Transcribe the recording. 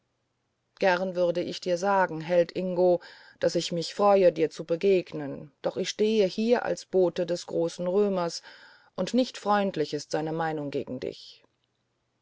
gern würde ich dir sagen held ingo daß ich mich freue dir zu begegnen doch ich stehe hier als bote des großen römers und nicht freundlich ist seine meinung gegen dich